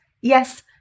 Yes